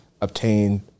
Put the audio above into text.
obtain